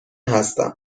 هستم